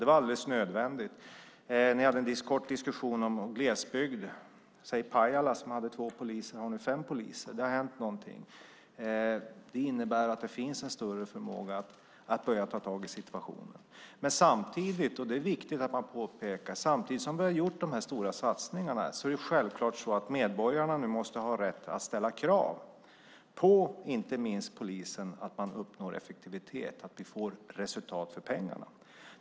Det var alldeles nödvändigt. Ni hade en kort diskussion om glesbygd. I Pajala hade man två poliser, och nu har man fem poliser. Det har hänt någonting. Det innebär att det finns en större förmåga att börja ta tag i situationen. Samtidigt som vi har gjort dessa stora satsningar - och det är viktigt att man påpekar det - måste medborgarna nu självklart ha rätt att ställa krav på inte minst polisen att man uppnår effektivitet och vi får resultat för pengarna.